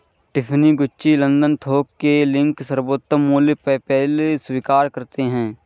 Tiffany, Gucci, London थोक के link, सर्वोत्तम मूल्य, पेपैल स्वीकार करते है